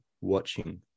watching